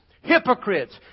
hypocrites